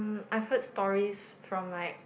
I've heard stories from like